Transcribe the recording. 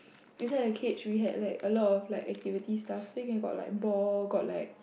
inside the cage we had like a lot of like activity stuff then can got like ball got like